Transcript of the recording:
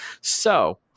So-